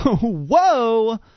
Whoa